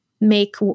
make